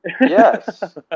yes